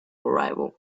arrival